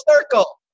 circle